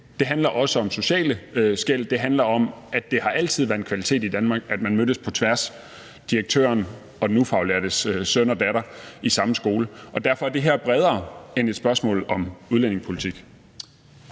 Det handler også om sociale skel. Det handler om, at det altid har været en kvalitet i Danmark, at man mødtes på tværs: direktørens søn og den ufaglærtes datter i samme skole. Derfor er det her bredere end et spørgsmål om udlændingepolitik.